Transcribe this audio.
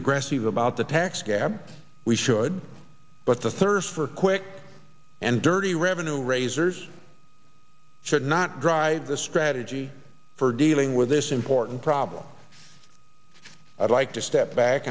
aggressive about the tax gap we should good but the thirst for quick and dirty revenue raisers should not drive the strategy for dealing with this important problem i'd like to step back